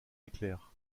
éclair